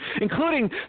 including